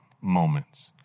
moments